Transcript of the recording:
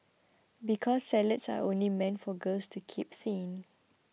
because salads are only meant for girls to keep thin